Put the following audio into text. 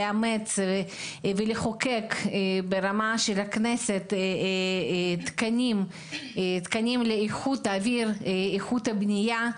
נאמץ ונחוקק ברמת הכנסת תקנים לאיכות אוויר ואיכות בנייה,